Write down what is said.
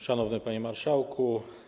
Szanowny Panie Marszałku!